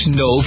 no